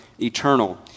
eternal